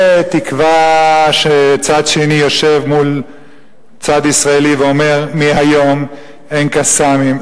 בתקווה שצד שני יושב מול צד ישראלי ואומר: מהיום אין "קסאמים",